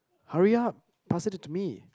hurry up pass it to me